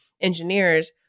engineers